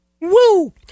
woo